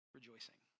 rejoicing